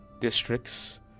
districts